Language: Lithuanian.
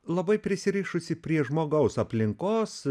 labai prisirišusi prie žmogaus aplinkos